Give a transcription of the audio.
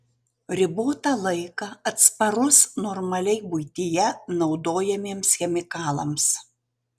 ribotą laiką atsparus normaliai buityje naudojamiems chemikalams